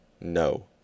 No